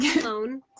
alone